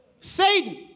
Satan